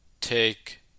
take